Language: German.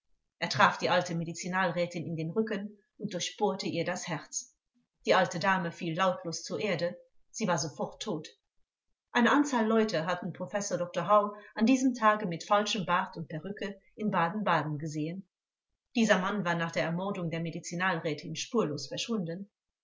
er traf die alte medizinalrätin in den rücken und durchbohrte ihr das herz die alte dame fiel lautlos zur erde sie war sofort tot eine anzahl leute hatten professor dr hau an diesem tage mit falschem bart und perücke in baden-baden gesehen dieser mann war nach der ermordung der medizinalrätin spurlos verschwunden